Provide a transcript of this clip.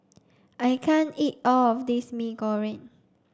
I can't eat all of this Mee Goreng